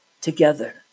together